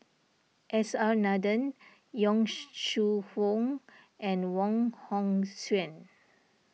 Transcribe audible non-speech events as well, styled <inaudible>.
S R Nathan Yong <hesitation> Shu Hoong and Wong Hong Suen